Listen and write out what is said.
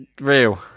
Real